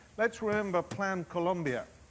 let's remember plan colombia,